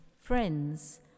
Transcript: friends